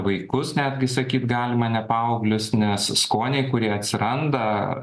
vaikus netgi sakyt galima ne paauglius nes skoniai kurie atsiranda